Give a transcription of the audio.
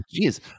Jeez